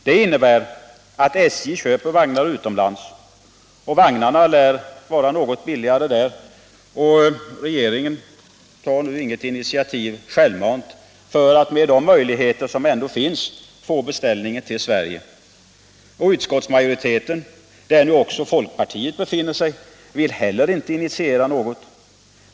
Detta innebär att SJ köper vagnar utomlands — de lär vara något billigare där — och att regeringen inte tar något initiativ självmant för att med de möjligheter som finns få beställningen till Sverige. Och inte heller utskottsmajoriteten, där även folkpartiet befinner sig, vill ta något initiativ.